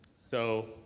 so,